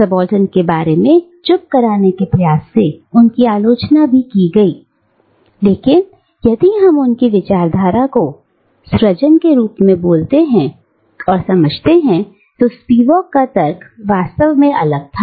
subaltern के बारे में चुप कराने के प्रयास से उनकी आलोचना भी की गई लेकिन यदि हम उनकी विचारधारा को सृजन के रूप में बोलते हुए समझे तो स्पीवाक का तर्क वास्तव में सरल है